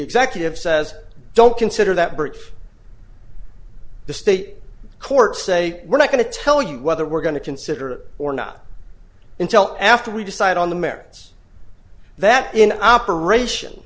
executive says don't consider that bridge if the state court say we're not going to tell you whether we're going to consider or not until after we decide on the merits that in operation